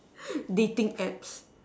dating apps